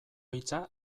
hitza